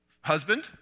husband